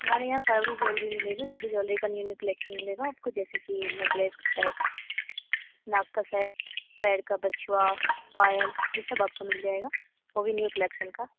हमारे यहाँ सभी ज़्वेलरी मिलेगी सभी ज़्वेलरी ज़्वेलरी का न्यू न्यू कलेक्शन मिलेगा आपको जैसे कि नेकलेस का सेट नाक का सेट पैर का बिछुआ पायल यह सब आपको मिल जाएगा वह भी न्यू कलेक्शन का